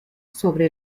sobre